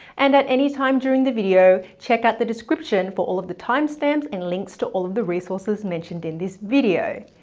and at any time during the video, check out the description for all of the timestamps and links to all of the resources mentioned in this video.